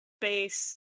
base